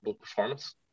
performance